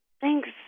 thanks